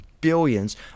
billions